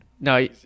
No